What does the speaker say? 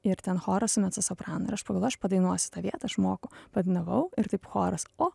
ir ten choras su mecosopranu ir aš pagalvojau aš padainuosiu tą vietą aš moku padainavau ir taip oras o